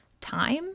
time